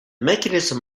mechanism